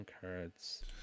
cards